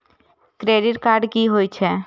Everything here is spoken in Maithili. क्रेडिट कार्ड की होई छै?